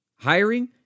Hiring